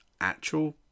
actual